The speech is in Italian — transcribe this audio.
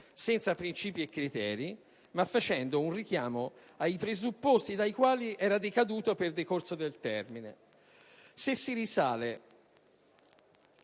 senza principi e criteri ma facendo un semplice richiamo ai presupposti dai quali era decaduto per decorso del termine.